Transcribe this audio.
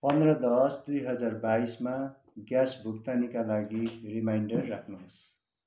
पन्ध्र दस दुई हजार बाइसमा ग्यास भुक्तानीका लागि रिमाइन्डर राख्नुहोस्